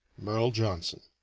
merle johnson